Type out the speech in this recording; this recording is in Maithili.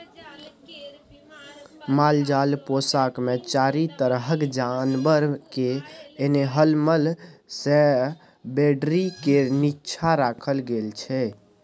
मालजाल पोसब मे चारि तरहक जानबर केँ एनिमल हसबेंडरी केर नीच्चाँ राखल गेल छै